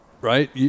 right